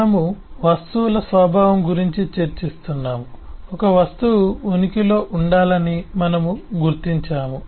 మనము వస్తువుల స్వభావం గురించి చర్చిస్తున్నాము ఒక వస్తువు ఉనికిలో ఉండాలని మనము గుర్తించాము